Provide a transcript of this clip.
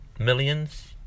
Millions